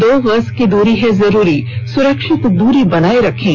दो गज की दूरी है जरूरी सुरक्षित दूरी बनाए रखें